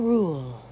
Rule